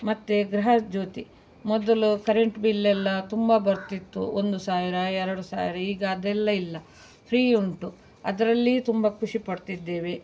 ಮತ್ತು ಗೃಹಜ್ಯೋತಿ ಮೊದಲು current bill ಎಲ್ಲ ತುಂಬ ಬರ್ತಿತ್ತು ಒಂದು ಸಾವಿರ ಎರಡು ಸಾರಿ ಈಗ ಅದೆಲ್ಲ ಇಲ್ಲ ಫ್ರೀ ಉಂಟು ಅದರಲ್ಲಿ ತುಂಬ ಖುಷಿಪಡ್ತಿದ್ದೇವೆ